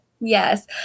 Yes